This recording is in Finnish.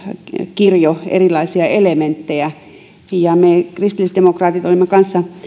kirjo erilaisia elementtejä me kristillisdemokraatit olemme kanssa